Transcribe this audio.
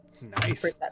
nice